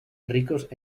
ricos